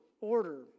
Order